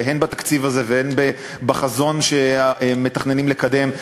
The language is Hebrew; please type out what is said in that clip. הן בתקציב הזה והן בחזון שמתכננים לקדם,